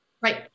Right